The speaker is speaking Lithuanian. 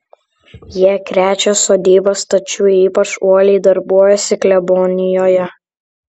jie krečia sodybas tačiau ypač uoliai darbuojasi klebonijoje